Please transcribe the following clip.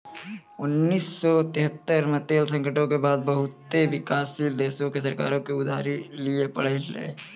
उन्नीस सौ तेहत्तर मे तेल संकटो के बाद बहुते विकासशील देशो के सरकारो के उधारी लिये पड़लै